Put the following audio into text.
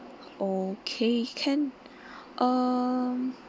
okay can uh